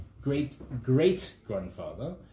great-great-grandfather